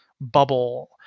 bubble